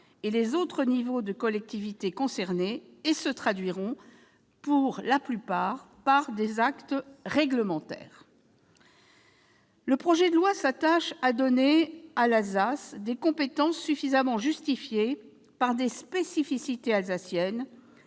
et les autres échelons de collectivités concernées, et elles se traduiront, pour la plupart, dans des actes réglementaires. Le projet de loi s'attache à donner à l'Alsace des compétences suffisamment justifiées par ses spécificités pour que